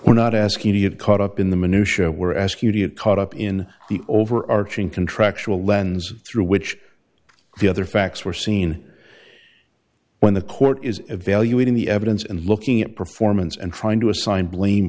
we're not asking to get caught up in the minutia were ask you to get caught up in the overarching contractual lens through which the other facts were seen when the court is evaluating the evidence and looking at performance and trying to assign blame